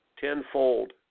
tenfold